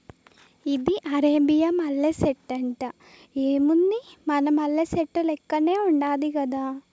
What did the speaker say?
ఇది అరేబియా మల్లె సెట్టంట, ఏముంది మన మల్లె సెట్టు లెక్కనే ఉండాది గదా